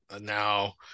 now